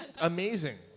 amazing